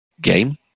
game